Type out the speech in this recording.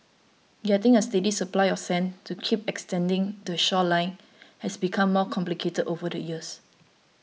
getting a steady supply of sand to keep extending the shoreline has become more complicated over the years